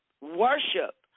worship